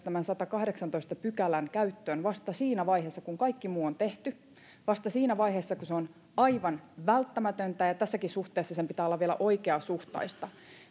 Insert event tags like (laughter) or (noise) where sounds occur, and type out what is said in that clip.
(unintelligible) tämän sadannenkahdeksannentoista pykälän käyttöön vasta siinä vaiheessa kun kaikki muu on tehty vasta siinä vaiheessa kun se on aivan välttämätöntä ja tässäkin suhteessa sen pitää olla vielä oikeasuhtaista